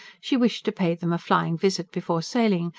she wished to pay them a flying visit before sailing,